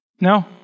No